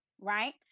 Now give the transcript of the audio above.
Right